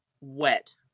wet